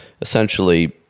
essentially